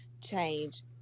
change